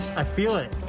i feel it.